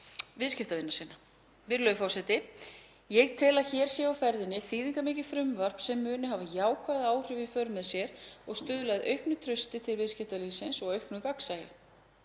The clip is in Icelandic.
viðskiptavina sinna. Virðulegur forseti. Ég tel að hér sé á ferðinni þýðingarmikið frumvarp sem muni hafa jákvæð áhrif í för með sér og stuðla að auknu trausti til viðskiptalífsins og auknu gagnsæi.